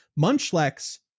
Munchlax